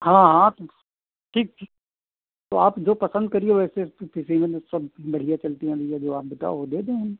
हाँ हाँ तो ठीक ठीक तो आप जो पसन्द करिए वैसे फिर सिमेन्ट तो सब बढ़िया चलती हैं भैया जो आप बताओ वह दे दें हम